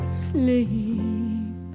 sleep